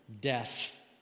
death